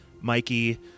Mikey